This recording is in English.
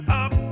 up